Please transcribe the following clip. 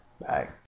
Bye